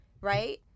right